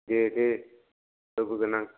दे दे होबोगोन आं